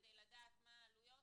כדי לדעת מה העלויות